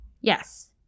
Yes